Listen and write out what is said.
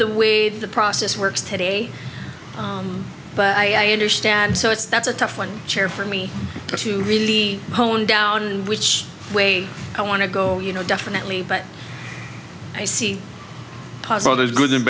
the way the process works today but i understand so it's that's a tough one chair for me to really hone down which way i want to go you know definitely but i see there's good and